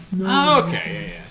Okay